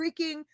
freaking